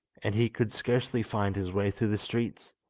and he could scarcely find his way through the streets.